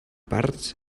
parts